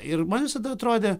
ir man visada atrodė